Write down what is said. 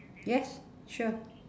yes sure